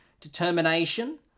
determination